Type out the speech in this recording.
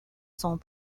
sont